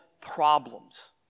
problems